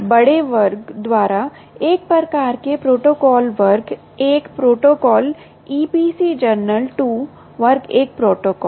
बड़े वर्ग द्वारा 1 प्रकार के प्रोटोकॉल वर्ग 1 प्रोटोकॉल ईपीसी जनरल 2 वर्ग 1 प्रोटोकॉल